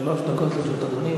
שלוש דקות לרשות אדוני.